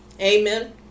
Amen